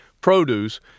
produce